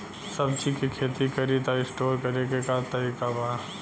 सब्जी के खेती करी त स्टोर करे के का तरीका बा?